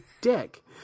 dick